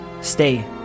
stay